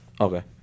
Okay